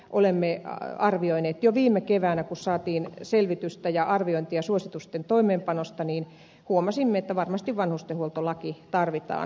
siitä syystä jo viime keväänä kun saatiin selvitystä ja arviointia suositusten toimeenpanosta huomasimme että varmasti vanhustenhuoltolaki tarvitaan